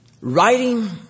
Writing